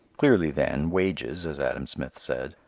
clearly, then, wages, as adam smith said,